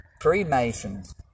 freemasons